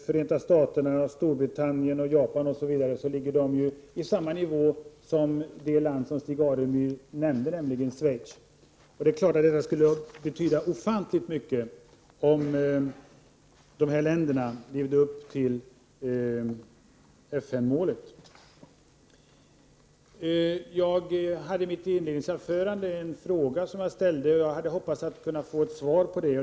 Förenta Staterna, Storbritannien, Japan osv., ser vi att de ligger på samma nivå som det land som Stig Alemyr nämnde, nämligen Schweiz. Det är klart att det skulle betyda ofantligt mycket, om de här länderna levde upp till FN-målet. I mitt inledningsanförande ställde jag en fråga, och jag hade hoppats kunna få ett svar på den.